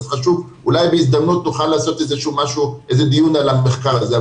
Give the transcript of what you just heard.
אולי בהזדמנות נוכל לעשות דיון על המחקר הזה.